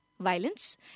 violence